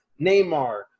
Neymar